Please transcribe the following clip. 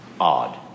odd